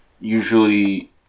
usually